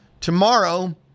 Tomorrow